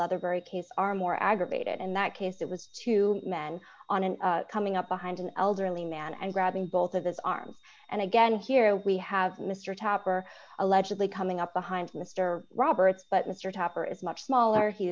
other very case are more aggravated in that case it was two men on and coming up behind an elderly man and grabbing both of his arms and again here we have mr tapper allegedly coming up behind mr roberts but mr tapper is much smaller he